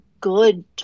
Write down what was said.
good